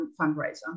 fundraiser